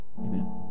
Amen